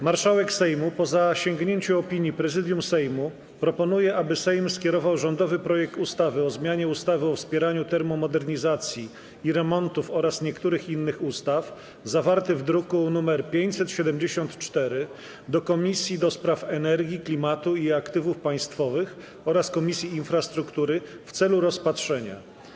Marszałek Sejmu, po zasięgnięciu opinii Prezydium Sejmu, proponuje, aby Sejm skierował rządowy projekt ustawy o zmianie ustawy o wspieraniu termomodernizacji i remontów oraz niektórych innych ustaw, zawarty w druku nr 574, do Komisji do Spraw Energii, Klimatu i Aktywów Państwowych oraz Komisji Infrastruktury w celu rozpatrzenia.